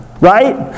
right